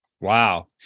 Wow